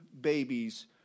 babies